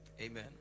Amen